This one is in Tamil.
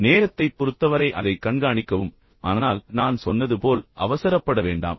நேரத்தைப் பொறுத்தவரை அதைக் கண்காணிக்கவும் ஆனால் நான் சொன்னது போல் அவசரப்பட வேண்டாம்